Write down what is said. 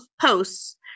posts